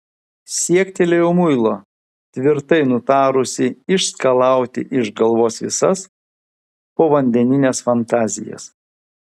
siektelėjau muilo tvirtai nutarusi išskalauti iš galvos visas povandenines fantazijas